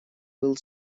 был